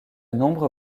nombre